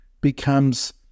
becomes